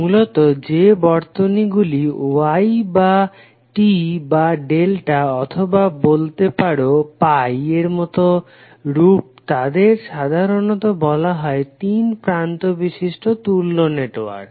মূলত যে বর্তনীগুলি Y বা t বা ডেল্টা অথবা বলতে পারো পাই এর মতো রূপ তাদের সাধারানত বলা হয় তিন প্রান্ত বিশিষ্ট তুল্য নেটওয়ার্ক